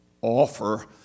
offer